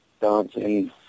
dancing